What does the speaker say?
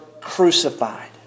crucified